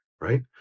right